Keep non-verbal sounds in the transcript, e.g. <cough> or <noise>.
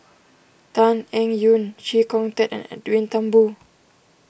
Tan Eng Yoon Chee Kong Tet and Edwin Thumboo <noise>